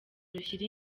rushyira